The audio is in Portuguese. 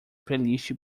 playlist